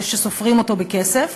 זה שסופרים אותו בכסף,